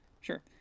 Sure